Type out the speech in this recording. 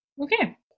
Okay